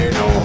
no